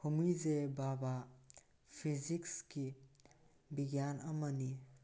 ꯍꯣꯃꯤ ꯖꯦ ꯕꯥꯕꯥ ꯐꯤꯖꯤꯛꯁꯀꯤ ꯕꯤꯒ꯭ꯌꯥꯟ ꯑꯃꯅꯤ